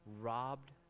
robbed